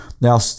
Now